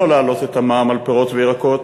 לא להעלות את המע"מ על פירות וירקות.